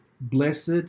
blessed